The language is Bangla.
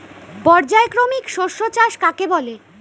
পর্যায়ক্রমিক শস্য চাষ কাকে বলে?